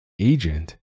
Agent